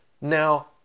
Now